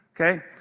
Okay